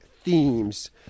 themes